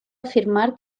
afirmar